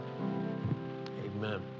Amen